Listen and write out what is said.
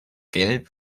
gelb